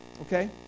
okay